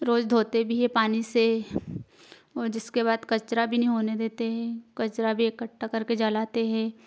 रोज धोते भी हैं पानी से और जिसके बाद कचरा भी नहीं होने देते कचरा भी एकट्ठा करके जलाते हैं